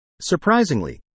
Surprisingly